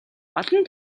олон